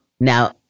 Now